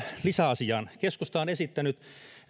lisäasiaan keskusta on esittänyt